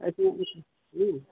একটু কিছু হুম